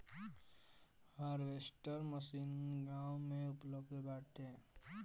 harvester machine गाँव में उपलब्ध बाटे